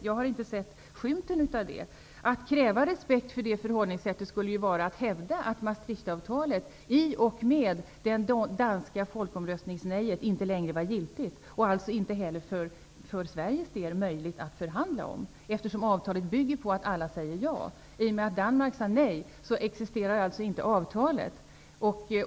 Jag har inte sett skymten av detta. Att kräva respekt för det förhållningssättet skulle ju vara att hävda att Maastrichtavtalet i och med det danska folkomröstningsnejet inte längre var giltigt och alltså inte heller för Sveriges del möjligt att förhandla om, eftersom avtalet bygger på att alla säger ja. I och med att Danmark sade nej existerar alltså inte avtalet.